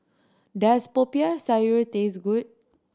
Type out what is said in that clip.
does Popiah Sayur taste good